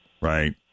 Right